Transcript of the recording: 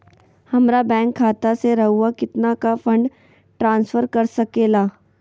हमरा बैंक खाता से रहुआ कितना का फंड ट्रांसफर कर सके ला?